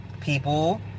people